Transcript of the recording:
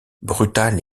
brutal